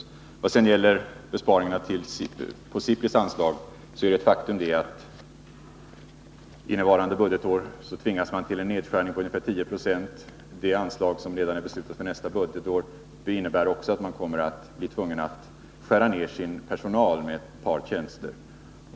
I vad sedan gäller besparingar på SIPRI:s anslag är det ett faktum att man innevarande budgetår tvingas till en nedskärning på ungefär 10 96. Vidare innebär det anslag som redan är beslutat för nästa budgetår att man blir tvungen att skära ned sin personal med ett par tjänster.